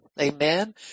Amen